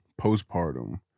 postpartum